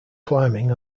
climbing